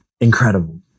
Incredible